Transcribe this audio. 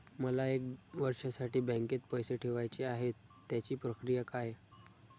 मला एक वर्षासाठी बँकेत पैसे ठेवायचे आहेत त्याची प्रक्रिया काय?